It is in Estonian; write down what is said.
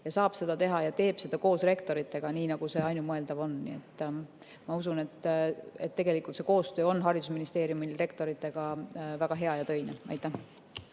ka pikemas vaates ja teeb seda koos rektoritega, nii nagu see ainumõeldav on. Nii et ma usun, et tegelikult see koostöö on haridusministeeriumil rektoritega väga hea ja töine. Nüüd